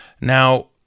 Now